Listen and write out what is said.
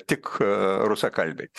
tik rusakalbiai